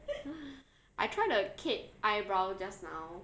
I try the Kate eyebrow just now